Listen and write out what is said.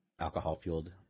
alcohol-fueled